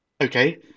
okay